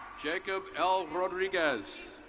jacob l rodriguez.